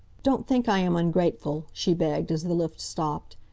don't think i am ungrateful, she begged, as the lift stopped.